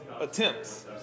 attempts